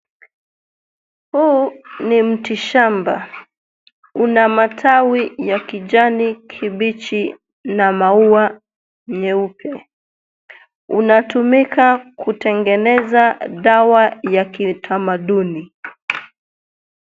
Huu, ni mti shamba, una matawi ya kijani kibichi, na maua nyeupe, unatumika kutengeneza dawa ya kitamaduni.